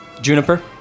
Juniper